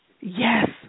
Yes